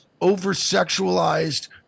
over-sexualized